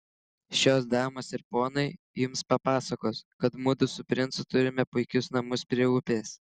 šios damos ir ponai jums papasakos kad mudu su princu turime puikius namus prie upės